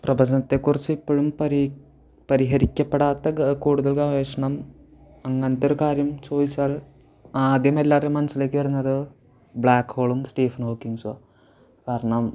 പ്രപഞ്ചത്തെക്കുറിച്ച് ഇപ്പോഴും പരിഹാരം പരിഹരിക്കപ്പെടാത്ത ഗ കൂടുതൽ ഗവേഷണം അങ്ങനത്തൊരു കാര്യം ചോദിച്ചാൽ ആദ്യം എല്ലാവരേം മനസ്സിലേക്ക് വരുന്നത് ബ്ലാക്ക് ഹോളും സ്റ്റീഫൻ ഹോക്കിംഗ്സുവ കാരണം